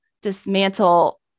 dismantle